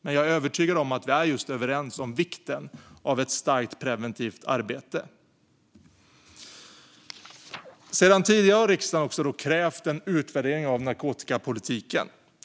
Men jag är övertygad om att vi är överens om just vikten av ett starkt preventivt arbete. Sedan tidigare har riksdagen krävt en utvärdering av narkotikapolitiken.